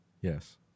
Yes